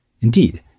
Indeed